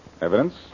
Evidence